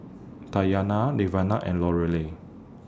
Tatyana Lavenia and Lorelei